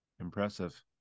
Impressive